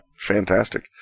Fantastic